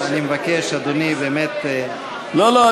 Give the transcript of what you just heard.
אני מבקש, אדוני, באמת להתחיל, לא, לא.